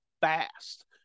fast